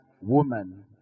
woman